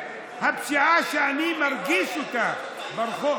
הפשיעה שאני מרגיש אותה ברחוב